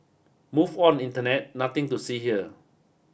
move on internet nothing to see here